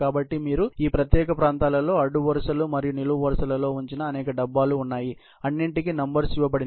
కాబట్టి మీరు ఈ ప్రత్యేక ప్రాంతాలలో అడ్డు వరుసలు మరియు నిలువు వరుసలలో ఉంచిన అనేక డబ్బాలు ఉన్నాయి అన్నింటికీ నంబర్స్ ఇవ్వబడినవి